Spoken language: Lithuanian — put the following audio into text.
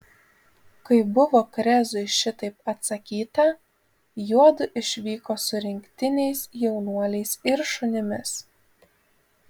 kai buvo krezui šitaip atsakyta juodu išvyko su rinktiniais jaunuoliais ir šunimis